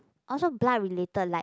also blood related like